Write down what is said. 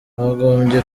bagombye